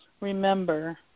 remember